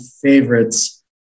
favorites